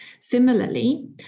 Similarly